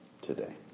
today